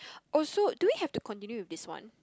also do we have to continue with this one